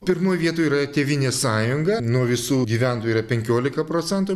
pirmoj vietoj yra tėvynės sąjunga nuo visų gyventojų yra penkiolika procentų